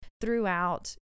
throughout